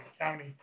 County